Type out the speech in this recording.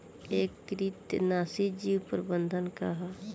एकीकृत नाशी जीव प्रबंधन का ह?